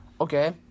Okay